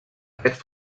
aquests